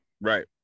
Right